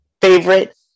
favorite